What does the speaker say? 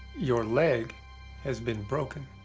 your leg has been broken.